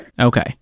Okay